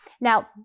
Now